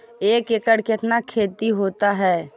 एक एकड़ कितना खेति होता है?